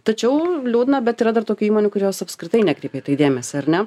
tačiau liūdna bet yra dar tokių įmonių kuriuos apskritai neikreipia į tai dėmesį ar ne